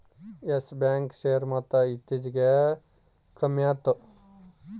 Yes Bank share ಮೊತ್ತ ಇತ್ತೀಚಿಗೆ ಕಮ್ಮ್ಯಾತು